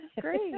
great